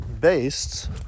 based